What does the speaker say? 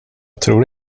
tror